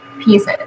pieces